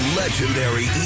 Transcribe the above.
legendary